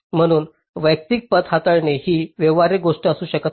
म्हणून वैयक्तिक पथ हाताळणे ही व्यवहार्य गोष्ट असू शकत नाही